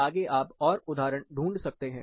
आगे आप और उदाहरण ढूंढ सकते हैं